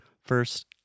First